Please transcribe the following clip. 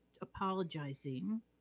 apologizing